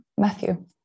Matthew